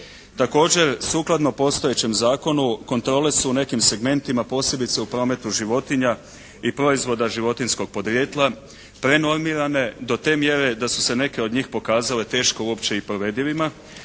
Također sukladno postojećem Zakonu kontrole su u nekim segmentima posebice u prometu životinja i proizvoda životinjskog podrijetla prenormirane do te mjere da su se neke od njih pokazale teško uopće i provedivima.